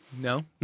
no